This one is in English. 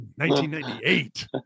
1998